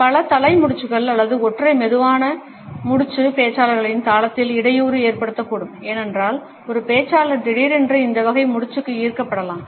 பல தலை முடிச்சுகள் அல்லது ஒற்றை மெதுவான முடிச்சு பேச்சாளர்களின் தாளத்தில் இடையூறு ஏற்படுத்தக்கூடும் ஏனென்றால் ஒரு பேச்சாளர் திடீரென்று இந்த வகை முடிச்சுக்கு ஈர்க்கப்படலாம்